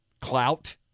clout